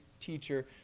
teacher